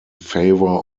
favor